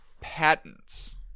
patents